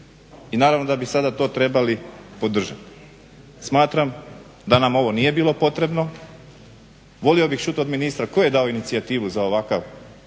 I naravno da bi sada to trebali podržati. Smatram da nam ovo nije bilo potrebno, volio bih čut od ministra tko je dao inicijativu za ovakav